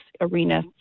arena